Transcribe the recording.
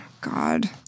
God